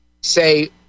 say